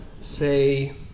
say